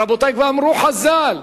רבותי, כבר אמרו חז"ל: